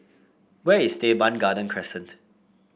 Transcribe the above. where is Teban Garden Crescent